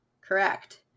correct